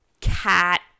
cat